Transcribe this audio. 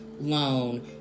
loan